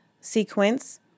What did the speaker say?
sequence